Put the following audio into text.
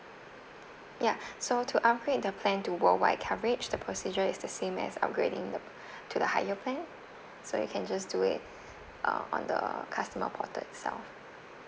ya so to upgrade the plan to worldwide coverage the procedure is the same as upgrading the to the higher plan so you can just do it uh on the customer portal itself